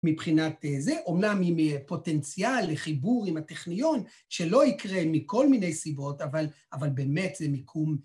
מבחינת זה, אומנם יהיה פוטנציאל לחיבור עם הטכניון, שלא יקרה מכל מיני סיבות, אבל באמת זה מיקום.